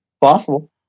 Possible